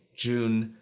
june,